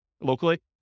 locally